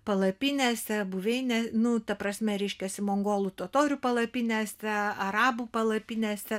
palapinėse buveinę nu ta prasme reiškiasi mongolų totorių palapinėse arabų palapinėse